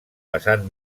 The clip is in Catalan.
vessant